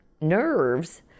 nerves